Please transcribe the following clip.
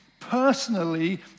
personally